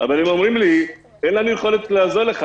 אבל הם אומרים לי: אין לנו יכולת לעזור לך.